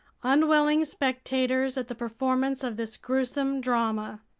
unwilling spectators at the performance of this gruesome drama.